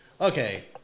Okay